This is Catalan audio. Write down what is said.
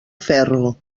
ferro